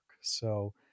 So-